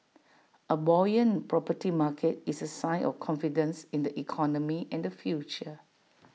A buoyant property market is A sign of confidence in the economy and the future